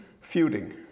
feuding